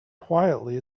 quietly